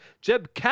Jeb